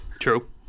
True